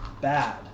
bad